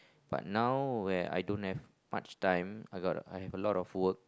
but now where I don't have much time I got I have a lot of work